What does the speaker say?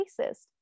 racist